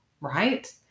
Right